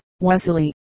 Wesley